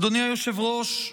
אדוני היושב-ראש,